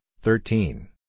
thirteen